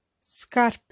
Scarpe